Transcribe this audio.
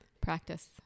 practice